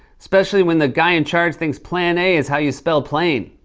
especially when the guy in charge thinks plan a is how you spell plane.